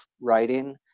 writing